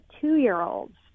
two-year-olds